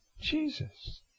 Jesus